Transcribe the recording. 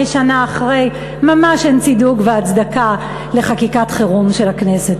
65 שנה אחרי ממש אין צידוק והצדקה לחקיקת חירום של הכנסת.